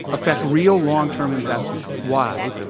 affect real long term investment. why?